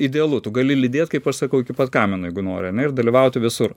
idealu tu gali lydėt kaip aš sakau iki pat kamino jeigu nori ane ir dalyvauti visur